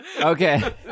Okay